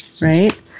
right